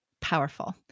powerful